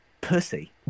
pussy